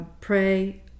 pray